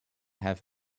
have